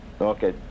Okay